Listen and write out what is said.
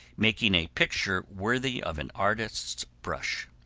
making a picture worthy of an artist's brush.